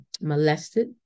molested